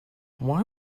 why